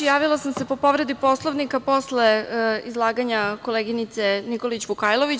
Javila sam se po povredi Poslovnika posle izlaganja koleginice Nikolić Vukajlović.